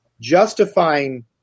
justifying